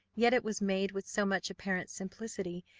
yet it was made with so much apparent simplicity,